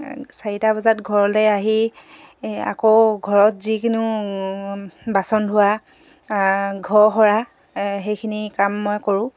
চাৰিটা বজাত ঘৰলে আহি আকৌ ঘৰত যিকোনো বাচন ধোৱা ঘৰ সৰা সেইখিনি কাম মই কৰোঁ